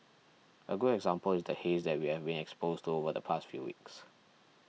a good example is the haze that we have been exposed to over the past few weeks